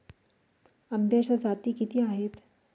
आंब्याच्या जाती किती आहेत?